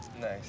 Nice